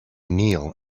kneel